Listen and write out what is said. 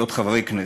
להיות חברי כנסת,